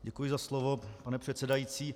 Děkuji za slovo, pane předsedající.